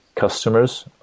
customers